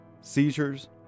seizures